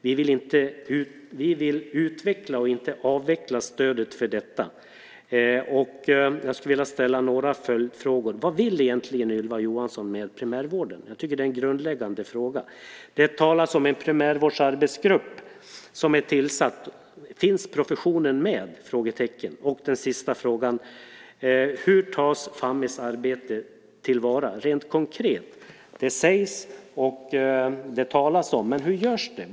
Vi vill utveckla och inte avveckla stödet till detta. Jag skulle vilja ställa några följdfrågor. Vad vill egentligen Ylva Johansson med primärvården? Jag tycker att det är en grundläggande fråga. Det talas om en primärvårdsarbetsgrupp som är tillsatt. Finns professionen med? Hur tas Fammis arbete till vara rent konkret? Det talas om det, men hur görs det?